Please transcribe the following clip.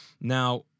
now